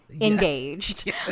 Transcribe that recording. engaged